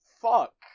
fuck